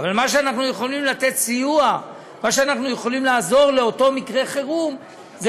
אבל אנחנו יכולים לתת סיוע ולעזור לאותו מקרה חירום בכך